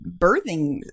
birthing